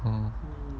uh